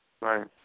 Right